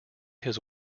his